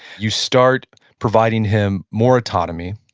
you start providing him more autonomy,